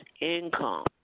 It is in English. income